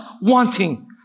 wanting